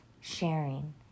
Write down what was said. sharing